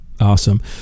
Awesome